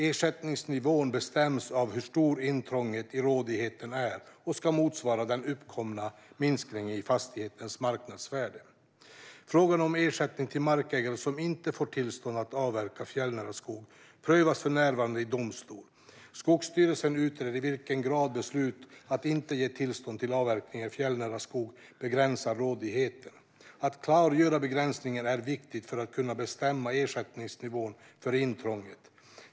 Ersättningens nivå bestäms av hur stort intrånget i rådigheten är och ska motsvara den uppkomna minskningen av fastighetens marknadsvärde. Frågan om ersättning till markägare som inte fått tillstånd att avverka fjällnära skog prövas för närvarande i domstol. Skogsstyrelsen utreder i vilken grad beslut att inte ge tillstånd till avverkning i fjällnära skog begränsar rådigheten. Att klargöra begränsningen är viktigt för att kunna bestämma ersättningsnivån för intrånget.